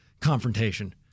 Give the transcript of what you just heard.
confrontation